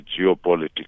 geopolitics